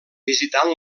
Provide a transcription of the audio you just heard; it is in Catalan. visitant